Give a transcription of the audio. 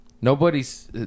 Nobody's